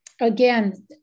again